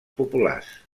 populars